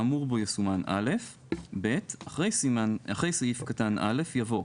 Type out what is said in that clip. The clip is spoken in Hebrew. האמור בו יסומן "(א)"; (ב) אחרי סעיף קטן (א) יבוא: